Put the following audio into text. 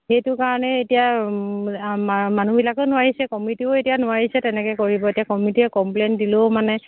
সেইটো কাৰণে এতিয়া মানুহবিলাকে নোৱাৰিছে কমিটিও এতিয়া নোৱাৰিছে তেনেকে কৰিব এতিয়া কমিটিয়ে কমপ্লেইন দিলেও মানে